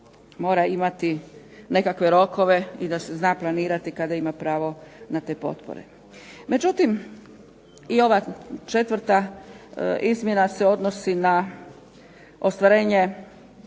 mora imati neke rokove i da se zna planirati kada ima pravo na te potpore. Međutim, i ova četvrta izmjena se odnosi na ostvarenje